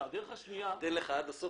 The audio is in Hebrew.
ה-6.2.